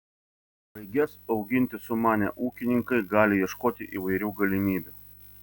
sraiges auginti sumanę ūkininkai gali ieškoti įvairių galimybių